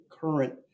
current